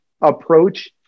approach